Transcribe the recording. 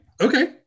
Okay